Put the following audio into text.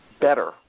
better